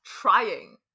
trying